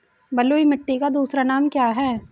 बलुई मिट्टी का दूसरा नाम क्या है?